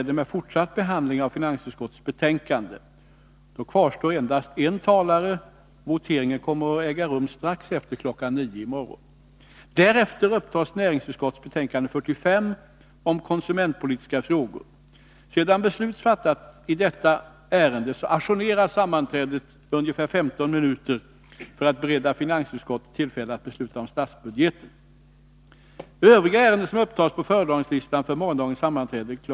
Då kvarstår endast en talare, varför voteringarna beräknas komma att äga rum strax efter kl. 09.00. Därefter upptas näringsutskottets betänkande 45 om konsumentpolitiska frågor. Sedan beslut fattats i detta ärende ajourneras sammanträdet ungefär 15 minuter för att bereda finansutskottet tillfälle att besluta om statsbudgeten. Övriga ärenden som upptas på föredragningslistan för morgondagens sammanträde kl.